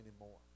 anymore